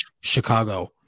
Chicago